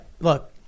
look